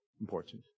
important